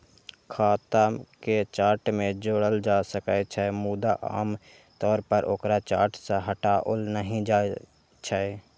खाता कें चार्ट मे जोड़ल जा सकै छै, मुदा आम तौर पर ओकरा चार्ट सं हटाओल नहि जाइ छै